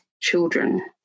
children